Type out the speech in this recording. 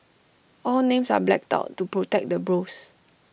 all names are blacked out to protect the bros